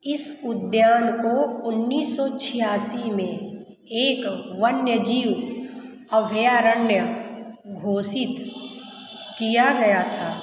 इस उद्यान को उन्नीस सौ छियासी में एक वन्यजीव अभयारण्य घोषित किया गया था